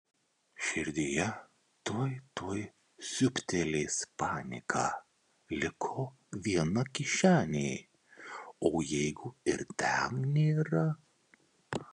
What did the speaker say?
širdyje tuoj tuoj siūbtelės panika liko viena kišenė o jeigu ir ten nėra